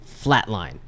flatline